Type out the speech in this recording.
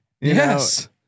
Yes